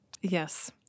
Yes